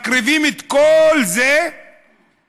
מקריבים את כל זה תמורת